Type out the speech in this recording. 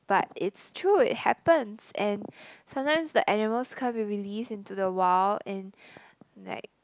but it's true it happens and sometimes the animals can't be released into the wild and like